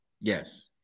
Yes